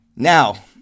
Now